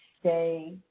stay